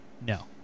No